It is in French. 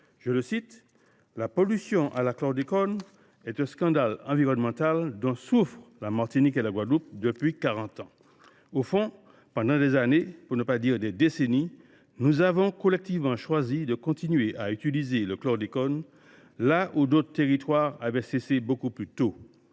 République :« La pollution à la chlordécone est un scandale environnemental, dont souffrent la Martinique et la Guadeloupe depuis quarante ans. […] Au fond, pendant des années, pour ne pas dire des décennies, nous avons collectivement choisi de continuer à utiliser la chlordécone, là où d’autres territoires avaient cessé beaucoup plus tôt. »